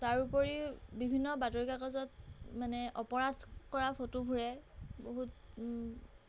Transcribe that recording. তাৰোপৰিও বিভিন্ন বাতৰি কাকতত মানে অপৰাধ কৰা ফটোবোৰে বহুত